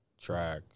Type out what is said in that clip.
track